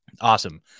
Awesome